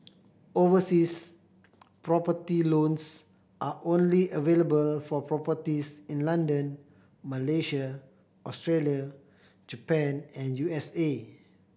overseas property loans are only available for properties in London Malaysia Australia Japan and U S A